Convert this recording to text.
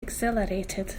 exhilarated